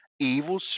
Evil